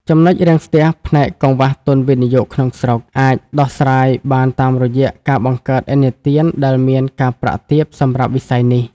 ចំណុចរាំងស្ទះផ្នែក "កង្វះទុនវិនិយោគក្នុងស្រុក" អាចដោះស្រាយបានតាមរយៈការបង្កើនឥណទានដែលមានការប្រាក់ទាបសម្រាប់វិស័យនេះ។